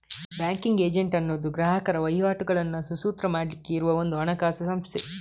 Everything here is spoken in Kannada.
ಬ್ಯಾಂಕಿಂಗ್ ಏಜೆಂಟ್ ಅನ್ನುದು ಗ್ರಾಹಕರ ವಹಿವಾಟುಗಳನ್ನ ಸುಸೂತ್ರ ಮಾಡ್ಲಿಕ್ಕೆ ಇರುವ ಒಂದು ಹಣಕಾಸು ಸಂಸ್ಥೆ